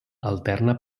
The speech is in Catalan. alterna